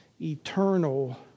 eternal